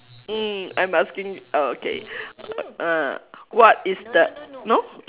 mm I'm asking uh okay uh what is the no